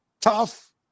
tough